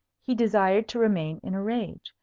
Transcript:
he desired to remain in a rage,